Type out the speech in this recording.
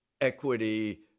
equity-